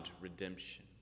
redemption